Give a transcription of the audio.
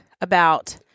about-